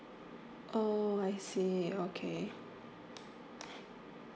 oh I see okay